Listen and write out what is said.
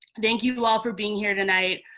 thank you all for being here tonight.